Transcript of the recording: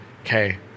okay